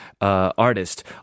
artist